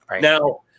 Now